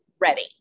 ready